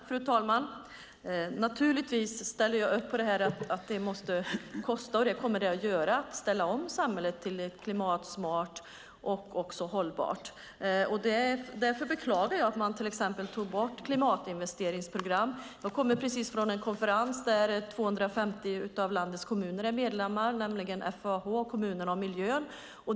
Fru talman! Naturligtvis ställer jag upp på att det måste kosta, och det kommer det att göra, att ställa om samhället till klimatsmart och hållbart. Därför beklagar jag att man till exempel tog bort klimatinvesteringsprogram. Jag kommer precis från en konferens där 250 av landets kommuner är medlemmar, nämligen FAH Kommunerna och Miljön.